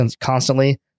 constantly